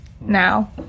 now